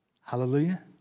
Hallelujah